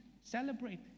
Celebrate